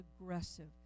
aggressive